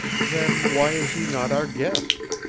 then why is he not our guest?